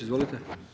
Izvolite.